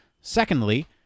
Secondly